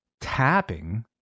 tapping